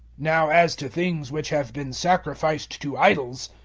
now as to things which have been sacrificed to idols.